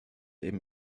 eben